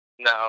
No